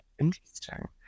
interesting